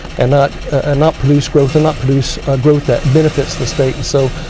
and not ah not produce growth and not produce growth that benefits the state. so,